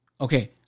okay